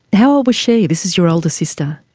how old was she? this is your older sister.